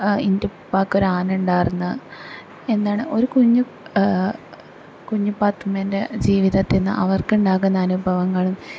എൻറ്റുപ്പാക്കൊരാനേണ്ടാർന്ന് എന്താണ് ഒരു കുഞ്ഞു കുഞ്ഞി പാത്തൂമ്മെൻ്റെ ജീവിതത്തിൽ നിന്ന് അവർക്കുണ്ടാകുന്ന അനുഭവങ്ങളും